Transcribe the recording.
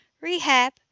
rehab